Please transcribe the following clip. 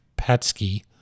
Patsky